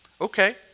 Okay